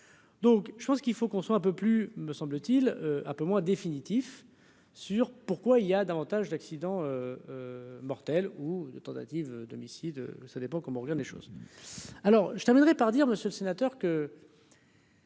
donc je pense qu'il faut qu'on soit un peu plus, me semble-t-il, un peu moins définitif sur pourquoi il y a davantage d'accidents mortels ou de tentative d'homicide, ça dépend comment on regarde les choses, alors je terminerai par dire, Monsieur le Sénateur que.